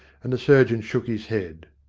and the surgeon shook his head.